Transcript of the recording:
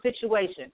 situation